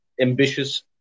ambitious